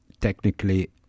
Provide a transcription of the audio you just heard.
technically